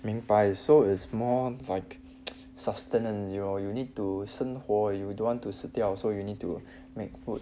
明白 so is more like sustenance you you need to 生活 you don't want to 死掉 so you need to make food